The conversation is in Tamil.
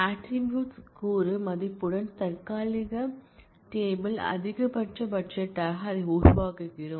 ஆட்ரிபூட்ஸ் க்கூறு மதிப்புடன் தற்காலிக டேபிள் அதிகபட்ச பட்ஜெட்டாக அதை உருவாக்குகிறோம்